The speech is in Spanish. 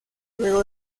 luego